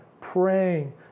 praying